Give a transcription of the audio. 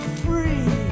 free